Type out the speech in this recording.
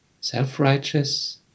self-righteous